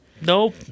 Nope